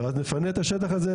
עד שנפנה את השטח הזה,